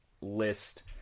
list